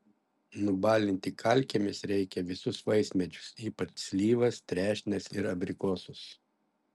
nubalinti kalkėmis reikia visus vaismedžius ypač slyvas trešnes ir abrikosus